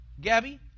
Gabby